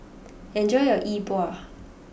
enjoy your Yi Bua